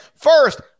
First